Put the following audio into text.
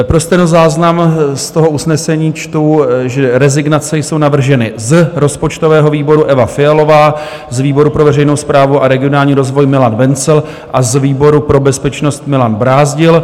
Pro stenozáznam z toho usnesení čtu, že rezignace jsou navrženy: z rozpočtového výboru Eva Fialová, z výboru pro veřejnou správu a regionální rozvoj Milan Wenzl a z výboru pro bezpečnost Milan Brázdil.